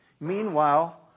Meanwhile